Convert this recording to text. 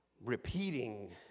repeating